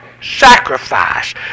sacrifice